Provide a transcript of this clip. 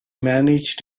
manage